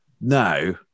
now